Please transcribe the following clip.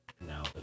Now